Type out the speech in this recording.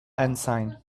ensign